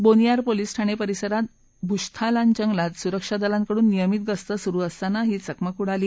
Boniyar police ठाणे परिसरात भुजथालान जंगलात सुरक्षा दलांकडून नियमित गस्त सुरु असताना ही चकमक उडाली